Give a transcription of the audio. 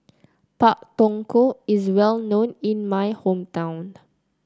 Pak Thong Ko is well known in my hometown